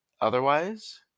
Otherwise